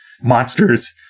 monsters